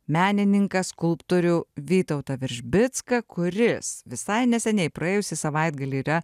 menininką skulptorių vytautą veržbicką kuris visai neseniai praėjusį savaitgalį yra